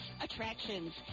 Attractions